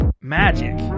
magic